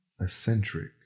Eccentric